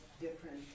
different